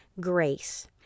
grace